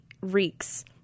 reeks